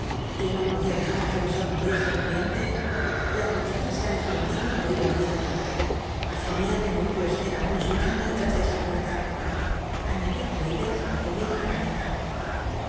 y no podia deja c uc me sorprendiese nn cliente las muchachas se han escondido al oir el ruido a fé mia que no dudo estén aun escuchando detras ta añadió l'raddles ol'iendo la caele